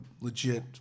legit